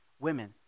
women